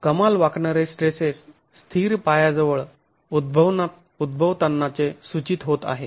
कमाल वाकणारे स्ट्रेसेस स्थिर पायाजवळ उद्धवतांनाचे सूचित होत आहे